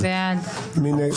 מי נגד?